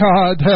God